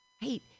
Hey